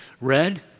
red